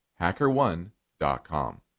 HackerOne.com